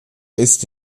ist